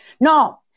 no